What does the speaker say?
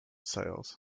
sales